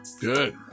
Good